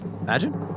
imagine